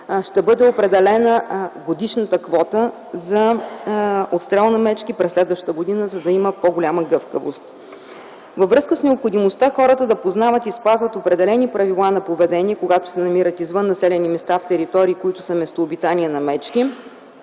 ще бъде определена годишната квота за отстрел на мечки през следващата година, за да има по-голяма гъвкавост. Във връзка с необходимостта хората да познават и спазват определени правила на поведение, когато се намират извън населените места, в територии, които са местообитание на мечки,